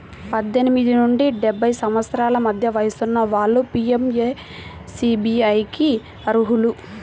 పద్దెనిమిది నుండి డెబ్బై సంవత్సరాల మధ్య వయసున్న వాళ్ళు పీయంఎస్బీఐకి అర్హులు